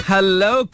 Hello